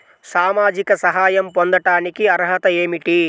సామాజిక సహాయం పొందటానికి అర్హత ఏమిటి?